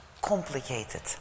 complicated